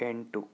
ಎಂಟು